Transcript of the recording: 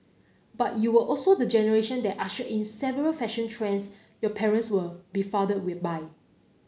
but you were also the generation that ushered in several fashion trends your parents were befuddled by